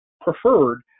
preferred